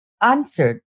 answered